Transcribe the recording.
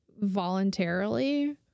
voluntarily